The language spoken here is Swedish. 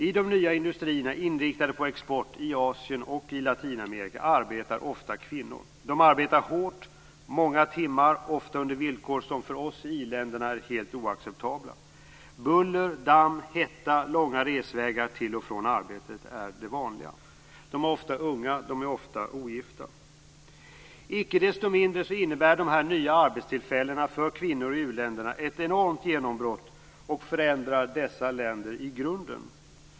I de nya industrierna, inriktade på export i Asien och Latinamerika, arbetar ofta kvinnor. De arbetar hårt i många timmar och ofta under villkor som för oss i i-länderna är helt oacceptabla. Buller, damm, hetta och långa resvägar till och från arbetet tillhör det vanliga. De här kvinnorna är ofta unga och ogifta. Icke desto mindre innebär de här nya arbetstillfällena för kvinnor i u-länderna ett enormt genombrott och förändrar dessa länder i grunden.